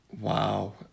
Wow